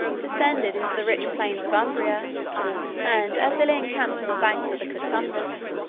descended into the rich plains of umbria and, as they lay encamped on the banks of the clitumnus,